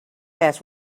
ash